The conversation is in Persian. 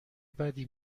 بدی